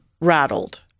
rattled